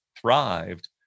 thrived